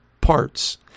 parts